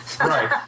right